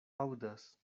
aŭdas